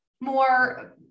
more